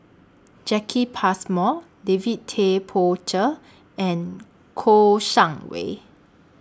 Jacki Passmore David Tay Poey Cher and Kouo Shang Wei